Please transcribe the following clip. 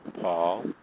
Paul